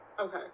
Okay